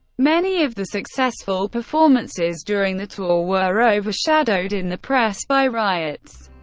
many of the successful performances during the tour were overshadowed in the press by riots,